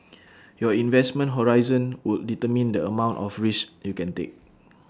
your investment horizon would determine the amount of risks you can take